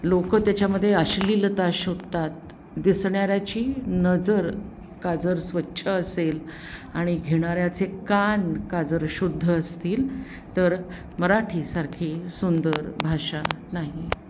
लोक त्याच्यामध्ये अश्लीलता शोधतात दिसणाऱ्याची नजर का जर स्वच्छ असेल आणि घेणाऱ्याचे कान का जर शुद्ध असतील तर मराठीसारखी सुंदर भाषा नाही